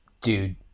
Dude